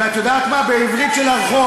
לגמרי, ואת יודעת מה, בעברית של הרחוב